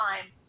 time